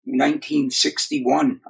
1961